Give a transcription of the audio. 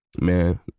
man